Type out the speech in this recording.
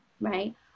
right